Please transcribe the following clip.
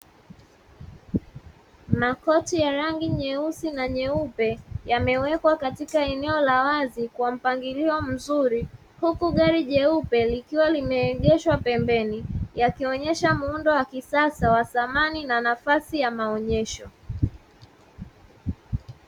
Makochi ya rangi nyeusi na nyeupe yamewekwa katika eneo la wazi Kwa mpangilio mzuri, huku gari jeupe likiwa limeegeshwa pembeni yakionyesha muundo wa wakisasa wa thamani ya nafasi ya maonesho.